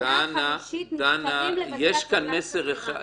בשנה החמישית נזכרים לבצע פעולת חקירה.